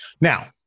now